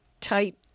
tight